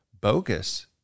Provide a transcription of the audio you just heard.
Bogus